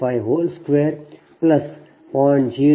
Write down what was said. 95 2 0